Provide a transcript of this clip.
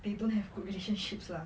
they don't have good relationships lah